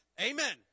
Amen